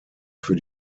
für